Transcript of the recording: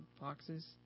boxes